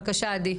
בבקשה, עדי.